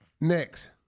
Next